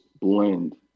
blend